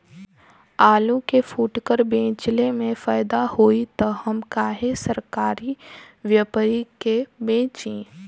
आलू के फूटकर बेंचले मे फैदा होई त हम काहे सरकारी व्यपरी के बेंचि?